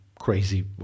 crazy